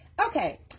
Okay